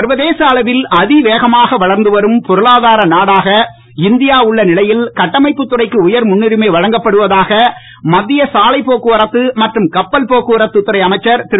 சர்வதேச அளவில் அதிவேகமாக வளர்ந்து வரும் பொருனாதார நாடாக இந்தியா உள்ள நிலையில் கட்டமைப்புத் துறைக்கு உயர் முன்னுரிமை வழங்கப்படுவதாக மத்திய சாலைப் போக்குவரத்து மற்றும் கப்பல் போக்குவரத்துத் தறை அமைச்சர் திரு